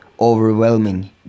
overwhelming